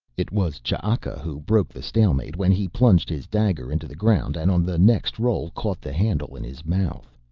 it was ch'aka who broke the stalemate when he plunged his dagger into the ground and on the next roll caught the handle in his mouth.